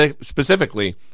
specifically